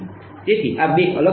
તેથી આ બે અલગ અલગ કિસ્સાઓ છે